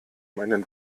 meinen